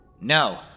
No